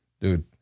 dude